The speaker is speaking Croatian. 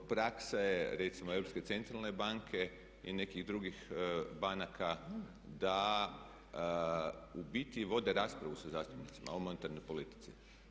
Drugo, praksa je recimo Europske centralne banke i nekih drugih banaka da u biti vode raspravu sa zastupnicima o monetarnoj politici.